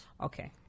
okay